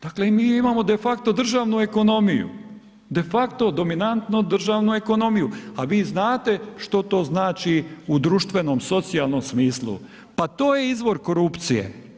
Dakle mi imamo de facto državnu ekonomiju, de facto dominantnu državnu ekonomiju a vi znate što to znači u društvenom, socijalnom smislu, pa to je izvor korupcije.